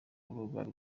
rubuga